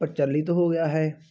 ਪ੍ਰਚਲਿਤ ਹੋ ਗਿਆ ਹੈ